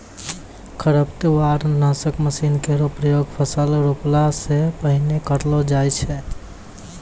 खरपतवार नासक मसीन केरो प्रयोग फसल रोपला सें पहिने करलो जाय छै